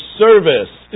service